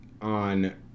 on